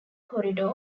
corridor